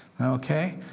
Okay